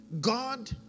God